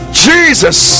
jesus